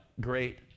great